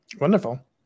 Wonderful